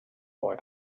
boy